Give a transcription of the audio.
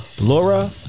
Laura